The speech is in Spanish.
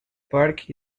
park